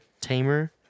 tamer